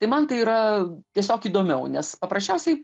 tai man tai yra tiesiog įdomiau nes paprasčiausiai